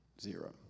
Zero